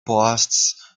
boasts